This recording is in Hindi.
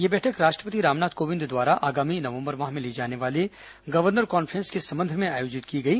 यह बैठक राष्ट्रपति रामनाथ कोविंद द्वारा आगामी नवंबर माह में ली जाने वाले गवर्नर कांफ्रेंस के संबंध में आयोजित की गई